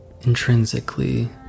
intrinsically